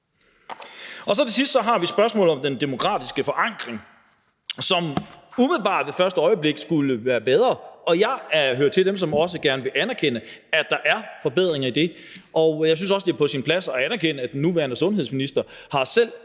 Til sidst har vi spørgsmålet om den demokratiske forankring, som umiddelbart ved første øjekast skulle være bedre. Jeg hører til dem, som også gerne vil anerkende, at der er forbedringer i det, og jeg synes også, det er på sin plads at anerkende, at den nuværende sundhedsminister selv